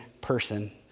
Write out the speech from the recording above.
person